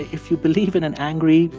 if you believe in an angry,